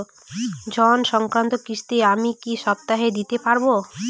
ঋণ সংক্রান্ত কিস্তি আমি কি সপ্তাহে দিতে পারবো?